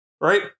Right